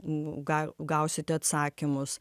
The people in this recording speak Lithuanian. gau gausite atsakymus